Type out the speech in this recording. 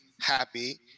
happy